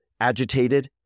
agitated